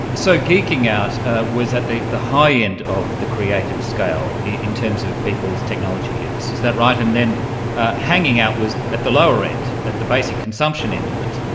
so geeking out was at the the high end of the creative scale in terms of people's technology use, is that right? and then hanging out was at the lower end, at the basic consumption end of it.